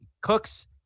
Cooks